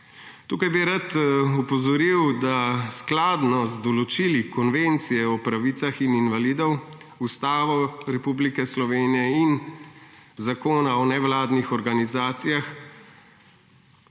Tukaj bi rad opozoril, da bi se skladno z določili Konvencije o pravicah invalidov, Ustavo Republike Slovenije in Zakonom o nevladnih organizacijah